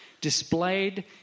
Displayed